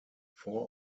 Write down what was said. four